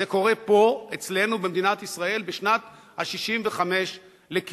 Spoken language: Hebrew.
זה קורה פה אצלנו במדינת ישראל בשנת ה-65 לקיומה.